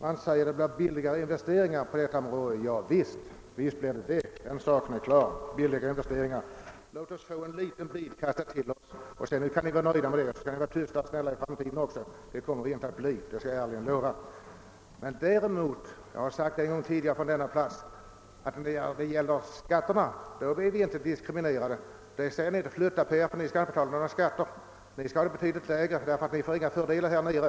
Man säger att man får billigare investeringar på detta sätt. Ja, visst får man det, den saken är klar. Man kastar till oss en liten bit och säger: Nu kan ni vara nöjda med detta och hålla er tysta och snälla i framtiden. Det kommer vi inte att göra — det kan jag ärligen lova. Men när det gäller skatterna — jag har sagt detta en gång tidigare från denna talarstol — är vi inte diskriminerade! Då är det ingen som säger: Flytta på er, ni skall inte betala några skatter! Eller: Ni skall betala betydligt lägre skatter eftersom ni här nere inte får några fördelar.